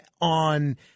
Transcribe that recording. on